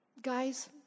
Guys